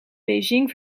beijing